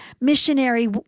missionary